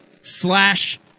slash